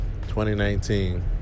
2019